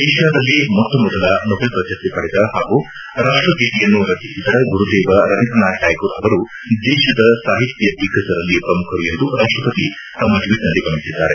ಏಷ್ಕಾದಲ್ಲಿ ಮೊಟ್ಟ ಮೊದಲ ನೊಬೆಲ್ ಪ್ರಶಸ್ತಿ ಪಡೆದ ಹಾಗೂ ರಾಷ್ಟಗೀತೆಯನ್ನು ರಚಿಸಿದ ಗುರುದೇವ್ ರವೀಂದ್ರನಾಥ್ ಟ್ಕಾಗೂರ್ ಅವರು ದೇಶದ ಸಾಹಿತ್ಯ ದಿಗ್ಗಜರಲ್ಲಿ ಪ್ರಮುಖರು ಎಂದು ರಾಷ್ಟಪತಿ ತಮ್ಮ ಟ್ವೀಟ್ನಲ್ಲಿ ಬಣ್ಣೆಸಿದ್ದಾರೆ